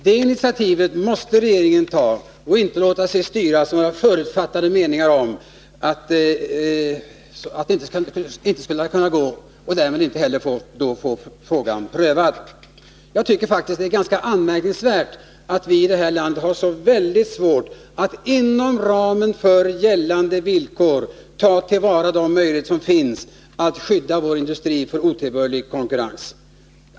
Det initiativet måste regeringen ta och inte låta sig styras av några förutfattade meningar om att det inte skulle kunna gå och därmed inte heller få frågan prövad. Jag tycker faktiskt att det är ganska anmärkningsvärt att vi här i landet har så väldigt svårt att inom ramen för gällande villkor ta till vara de möjligheter som finns att skydda vår industri för otillbörlig konkurrens.